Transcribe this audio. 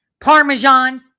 Parmesan